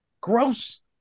gross